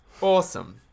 Awesome